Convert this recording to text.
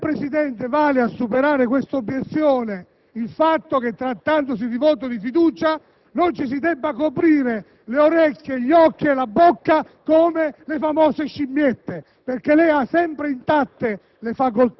Né, Presidente, vale a superare questa obiezione il fatto che, trattandosi di voto di fiducia, ci si debba coprire le orecchie, gli occhi e la bocca come le famose scimmiette perché lei ha sempre intatte le